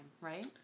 right